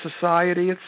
society